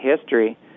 history